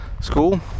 school